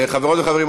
חברות וחברים,